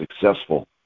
successful